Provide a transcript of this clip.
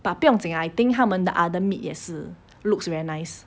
but 不用紧 lah I think 他们的 other meat 也是 looks very nice